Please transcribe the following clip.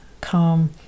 calm